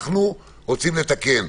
אנחנו רוצים לתקן.